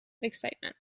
excitement